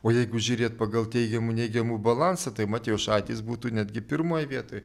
o jeigu žiūrėt pagal teigiamų neigiamų balansą tai matijošaitis būtų netgi pirmoj vietoj